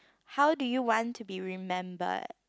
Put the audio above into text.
how do you want to be remembered